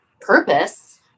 purpose